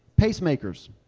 Pacemakers